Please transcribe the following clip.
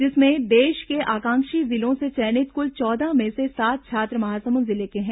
इसमें देश के आकांक्षी जिलों से चयनित कुल चौदह में से सात छात्र महासमुंद जिले के हैं